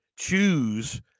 choose